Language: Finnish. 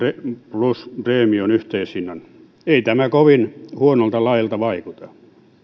plus preemion yhteishinnan ei tämä kovin huonolta lailta vaikuta